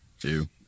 Two